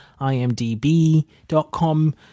IMDB.com